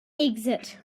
exit